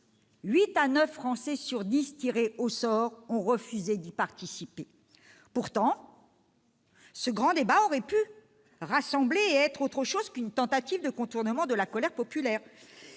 à neuf Français sur dix tirés au sort ont refusé d'y participer. Pourtant, ce grand débat aurait pu rassembler et être autre chose qu'une tentative de contournement de la colère populaire.